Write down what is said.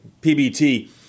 PBT